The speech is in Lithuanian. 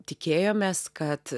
tikėjomės kad